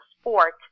sport